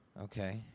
Okay